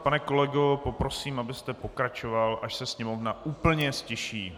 Pane kolego, poprosím, abyste pokračoval, až se Sněmovna úplně ztiší.